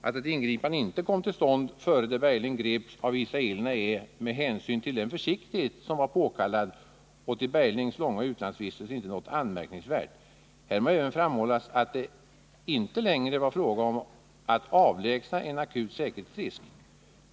Att ett ingripande inte kom till stånd före det Bergling greps av Israelerna är, med hänsyn till den försiktighet som var påkallad och till Berglings långa utlandsvistelser, inte något anmärkningsvärt. Här må även framhållas att det inte längre var fråga om att avlägsna en akut säkerhetsrisk.